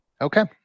Okay